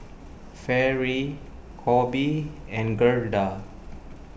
Fairy Coby and Gerda